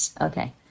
okay